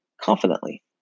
confidently